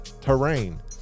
terrain